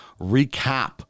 recap